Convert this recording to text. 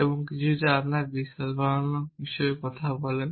এবং কিছুতে আপনার বিশ্বাস বাড়ানোর বিষয়ে কথা বলতে পারেন